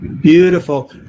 Beautiful